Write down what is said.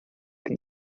can